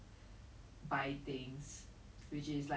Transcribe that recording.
I don't know I feel like probably like easy access or some